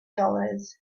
dollars